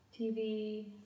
TV